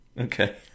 Okay